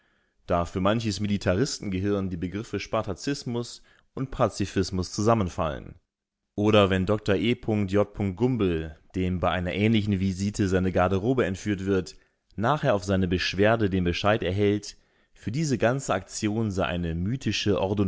da für manches militaristengehirn die begriffe spartacismus und pazifismus zusammenfallen oder wenn dr e j gumbel dem bei einer ähnlichen visite seine garderobe entführt wird nachher auf seine beschwerde den bescheid erhält für diese ganze aktion sei eine mythische